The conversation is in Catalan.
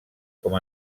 com